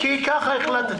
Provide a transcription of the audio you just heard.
ככה החלטתי.